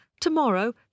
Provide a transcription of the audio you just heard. tomorrow